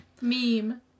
Meme